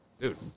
dude